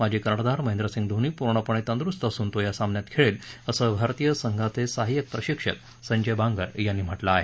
माजी कर्णधार महेंद्रसिंग धोनी पूर्णपणे तंदुरुस्त असून तो या सामन्यात खेळेल असं भारतीय संघाचे सहाय्यक प्रशिक्षक संजय बांगर यांनी म्हटलं आहे